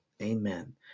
Amen